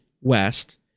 West